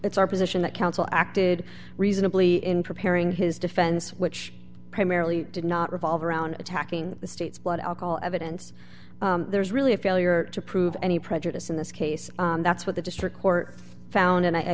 it's our position that counsel acted reasonably in preparing his defense which primarily did not revolve around attacking the state's blood alcohol evidence there's really a failure to prove any prejudice in this case that's what the district court found and i